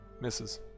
Misses